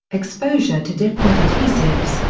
exposure to different adhesives,